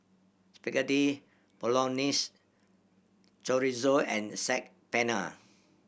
Spaghetti Bolognese Chorizo and Saag Paneer